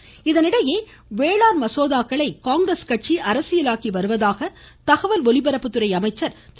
பிரகாஷ் இதனிடையே வேளாண் மசோதாக்களை காங்கிரஸ் கட்சி அரசியலாக்கி வருவதாக தகவல் ஒலிபரப்புத்துறை அமைச்சர் திரு